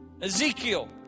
Ezekiel